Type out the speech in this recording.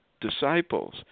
disciples